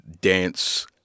dance